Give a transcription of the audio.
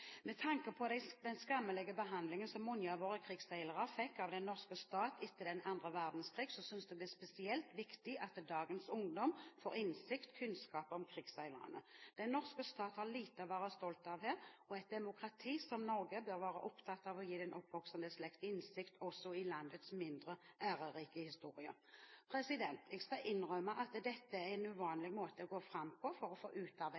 Med tanke på den skammelige behandlingen som mange av våre krigsseilere fikk av den norske stat etter den andre verdenskrigen, synes jeg det er spesielt viktig at dagens ungdom får innsikt og kunnskap om krigsseilerne. Den norske stat har lite å være stolt av her, og et demokrati som Norge bør være opptatt av å gi den oppvoksende slekt innsikt også i landets mindre ærerike historie. Jeg skal innrømme at dette er en uvanlig måte å gå fram på for å få